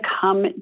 come